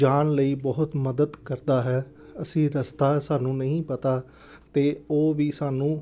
ਜਾਣ ਲਈ ਬਹੁਤ ਮਦਦ ਕਰਦਾ ਹੈ ਅਸੀਂ ਰਸਤਾ ਸਾਨੂੰ ਨਹੀਂ ਪਤਾ ਤਾਂ ਉਹ ਵੀ ਸਾਨੂੰ